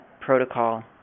protocol